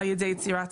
על ידי יצירת